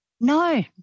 No